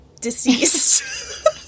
deceased